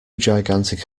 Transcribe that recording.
gigantic